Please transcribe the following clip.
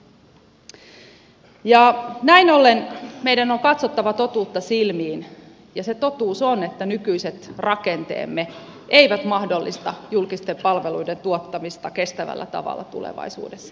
näin ollen meidän on katsottava totuutta silmiin ja se totuus on että nykyiset rakenteemme eivät mahdollista julkisten palveluiden tuottamista kestävällä tavalla tulevaisuudessa